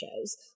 shows